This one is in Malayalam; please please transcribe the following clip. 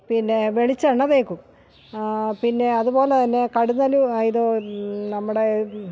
പിന്നെ വെളിച്ചെണ്ണ തേക്കും പിന്നെ അതുപോലെ തന്നെ കടന്നല് ആയതു നമ്മുടെ